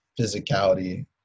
physicality